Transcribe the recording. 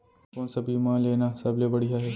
कोन स बीमा लेना सबले बढ़िया हे?